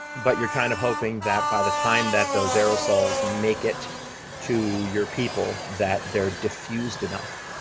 but you're kind of hoping that by the time that those aerosols make it to your people, that they are diffused enough,